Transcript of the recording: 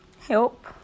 help